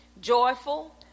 joyful